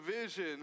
vision